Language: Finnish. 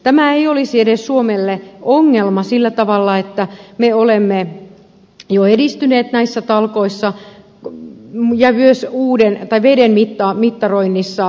tämä ei olisi edes suomelle ongelma sillä tavalla että me olemme jo edistyneet näissä talkoissa veden mittaroinnissa